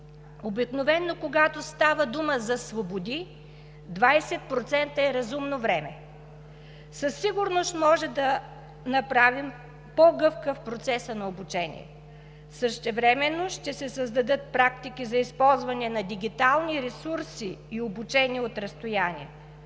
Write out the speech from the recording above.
Обикновено когато става дума за свободи, 20% е разумно време. Със сигурност може да направим по-гъвкав процеса на обучение. Същевременно ще се създадат практики за използване на дигитални ресурси и обучения от разстояние.